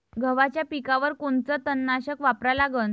गव्हाच्या पिकावर कोनचं तननाशक वापरा लागन?